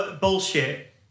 bullshit